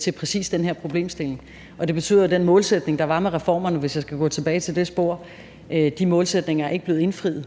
til præcis den her problemstilling, og det vil sige, at de målsætninger, der var med reformerne – hvis jeg skal gå tilbage til det spor – ikke er blevet indfriet.